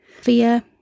fear